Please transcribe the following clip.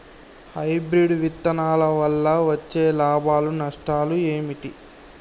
Hybrid విత్తనాల వల్ల వచ్చే లాభాలు నష్టాలు ఏమిటి?